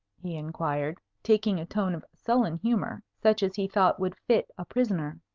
he inquired, taking a tone of sullen humour, such as he thought would fit a prisoner.